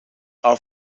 are